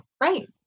Right